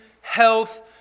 health